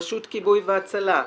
רשות כיבוי והצלה,